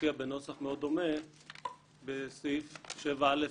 מופיע בנוסח מאוד דומה בסעיף 7א לחוק-יסוד: